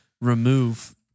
remove